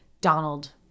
Donald